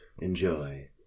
Enjoy